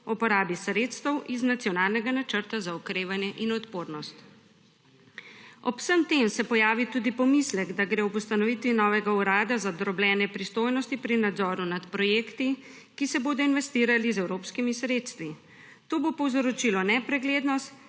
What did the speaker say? o porabi sredstev iz nacionalnega Načrta za okrevanje in odpornost. Ob vsem tem se pojavi tudi pomislek, da gre ob ustanovitvi novega urada za drobljenje pristojnosti pri nadzoru nad projekti, ki se bodo investirali z evropskimi sredstvi. To bo povzročilo nepreglednost,